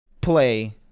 play